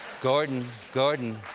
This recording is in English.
gordon. gordon.